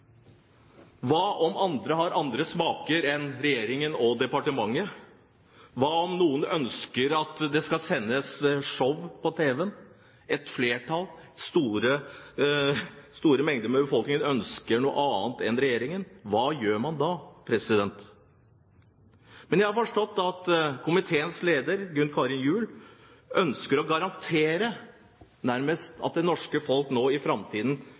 Hva om andre har en annen smak enn regjeringen og departementet? Hva om noen ønsker at det skal sendes show på tv-en? Hva om et flertall, store deler av befolkningen, ønsker noe annet enn regjeringen? Hva gjør man da? Jeg har forstått at komiteens leder, Gunn Karin Gjul, ønsker å nærmest garantere at det norske folk i framtiden